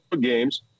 games